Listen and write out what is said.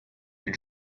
your